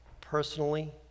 personally